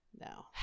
No